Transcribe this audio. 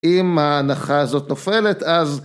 אם ההנחה הזאת נופלת אז